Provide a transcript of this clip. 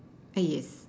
ah yes